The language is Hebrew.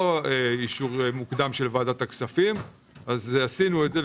אישור מוקדם של ועדת הכספים עשינו את זה.